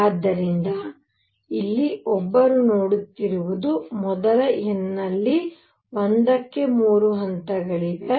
ಆದ್ದರಿಂದ ಇಲ್ಲಿ ಒಬ್ಬರು ನೋಡುತ್ತಿರುವುದು ಮೊದಲ n ನಲ್ಲಿ 1 ಕ್ಕೆ 3 ಹಂತಗಳಿವೆ